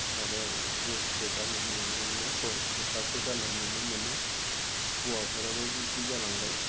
माने द्रेसखौ गान्नाय नुनो मोनो खसाबखो गान्नाय नुनो मोनो हौवाफोराबो बिदि जालांबाय